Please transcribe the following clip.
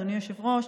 אדוני היושב-ראש,